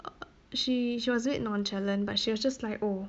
err uh she she was a bit nonchalant but she was just like oh